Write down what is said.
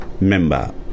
Member